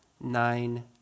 nine